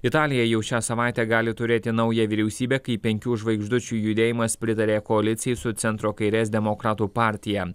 italija jau šią savaitę gali turėti naują vyriausybę kai penkių žvaigždučių judėjimas pritarė koalicijai su centro kairės demokratų partija